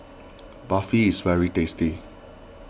Barfi is very tasty